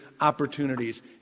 opportunities